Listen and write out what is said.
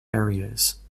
areas